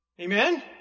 Amen